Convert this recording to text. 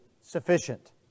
sufficient